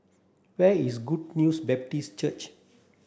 where is Good News Baptist Church